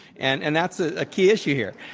and and that's a key issue here.